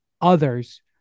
others